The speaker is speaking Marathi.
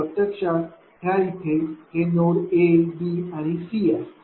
तर प्रत्यक्षात ह्या इथे हे नोड A नोड B आणि नोड C आहे